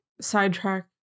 Sidetrack